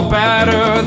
better